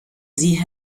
sie